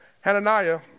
Hananiah